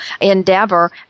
endeavor